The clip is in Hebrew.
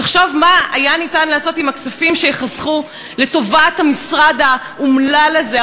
תחשוב מה היה ניתן לעשות עם הכספים שייחסכו לטובת המשרד האומלל הזה.